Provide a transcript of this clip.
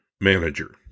manager